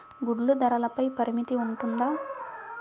గుడ్లు ధరల పై పరిమితి ఉంటుందా?